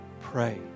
pray